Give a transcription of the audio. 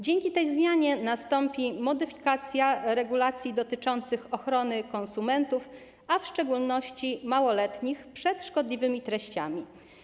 Dzięki tej zmianie nastąpi modyfikacja regulacji dotyczących ochrony konsumentów, w szczególności małoletnich, przed szkodliwymi treściami.